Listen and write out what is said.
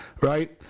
right